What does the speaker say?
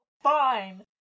Fine